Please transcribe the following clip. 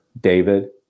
david